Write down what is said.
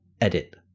edit